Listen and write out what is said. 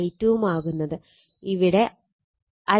I2 ഇവിടെ വരച്ചിട്ടുണ്ട്